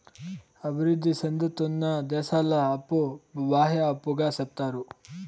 అభివృద్ధి సేందుతున్న దేశాల అప్పు బాహ్య అప్పుగా సెప్తారు